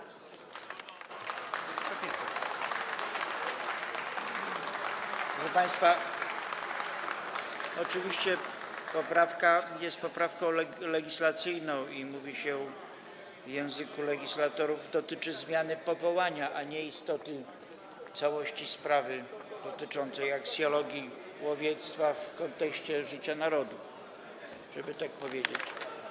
Proszę państwa, oczywiście poprawka jest poprawką legislacyjną i - jak mówi się w języku legislatorów - dotyczy zmiany powołania, a nie istoty całości sprawy dotyczącej aksjologii łowiectwa w kontekście życia narodu, żeby tak powiedzieć.